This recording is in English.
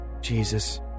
Jesus